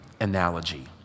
analogy